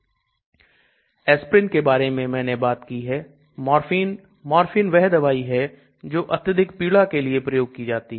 Aspirin के बारे में मैंने बात की है Morphine Morphine वह दवाई है जो अत्यधिक पीड़ा के लिए प्रयोग की जाती है